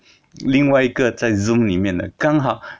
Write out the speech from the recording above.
另外一个在 zoom 里面的刚好